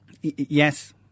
Yes